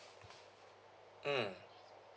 mm